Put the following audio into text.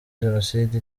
genocide